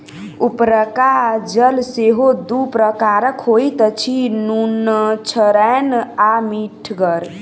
उपरका जल सेहो दू प्रकारक होइत अछि, नुनछड़ैन आ मीठगर